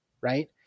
right